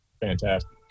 fantastic